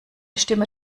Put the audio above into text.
stimme